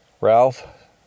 Ralph